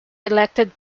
elected